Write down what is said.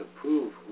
prove